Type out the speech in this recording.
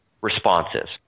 responses